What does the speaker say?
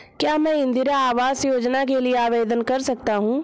क्या मैं इंदिरा आवास योजना के लिए आवेदन कर सकता हूँ?